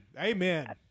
Amen